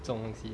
这种东西